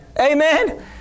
Amen